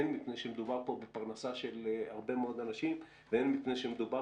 הן מפני שמדובר פה בפרנסה של הרבה מאוד אנשים והן מפני שמדובר